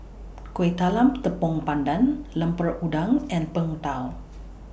Kueh Talam The Tepong Pandan Lemper Udang and Png Tao